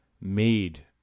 made